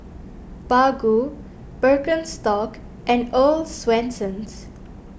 Baggu Birkenstock and Earl's Swensens